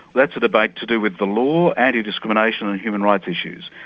that's a debate to do with the law, anti-discrimination and human rights issues.